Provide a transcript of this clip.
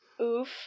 oof